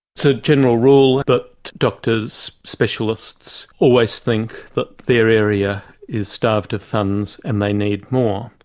so general rule that doctors, specialists, always think that their area is starved of funds and they need more,